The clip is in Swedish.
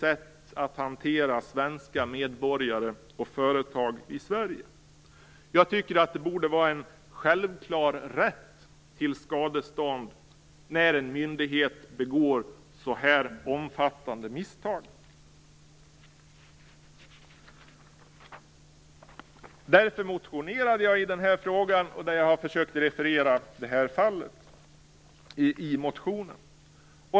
Så hanterar man inte medborgare och företag i Sverige på ett riktigt sätt. Man borde ha en självklar rätt till skadestånd när en myndighet begår så här omfattande misstag. Därför motionerade jag i den här frågan. Jag försökte referera det här fallet i motionen.